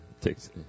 takes